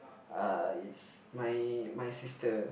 uh it's my my sister